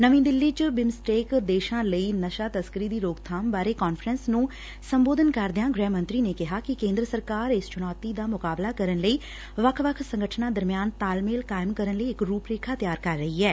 ਨਵੀ ਦਿੱਲੀ ਚ ਬਿਮਸਟੇਕ ਦੇਸ਼ਾਂ ਲਈ ਨਸ਼ਾ ਤਸੱਕਰੀ ਦੀ ਰੋਕਬਾਮ ਬਾਰੇ ਕਾਨਫਰੰਸ ਨੂੰ ਸੰਬੋਧਨ ਕਰਦਿਆਂ ਗੁਹਿ ਮੰਤਰੀ ਨੇ ਕਿਹਾ ਕਿ ਕੇਂਦਰ ਸਰਕਾਰ ਇਸ ਚੁਣੌਤੀ ਦਾ ਮੁਕਾਬਲਾ ਕਰਨ ਲਈ ਵੱਖ ਵੱਖ ਸੰਗਠਨਾਂ ਦਰਮਿਆਨ ਤਾਲਮੇਲ ਕਾਇਮ ਕਰਨ ਲਈ ਇਕ ਰੁਪਰੇਖਾ ਤਿਆਰ ਕਰ ਰਹੀ ਐ